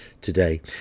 today